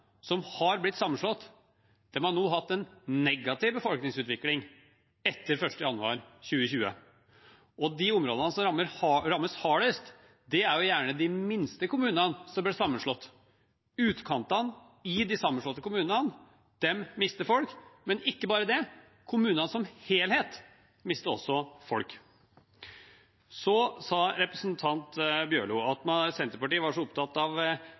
som har blitt sammenslått, har nå hatt en negativ befolkningsutvikling etter 1. januar 2020, og de områdene som rammes hardest, er gjerne de minste kommunene som ble sammenslått. Utkantene i de sammenslåtte kommunene mister folk, men ikke bare det: Kommunene som helhet mister også folk. Så sa representanten Bjørlo at Senterpartiet var så opptatt av